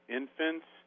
infants